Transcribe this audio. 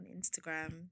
Instagram